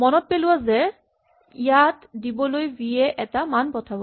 মনত পেলোৱা যে ইয়াত দিবলৈ ভি য়ে এটা মান পঠাব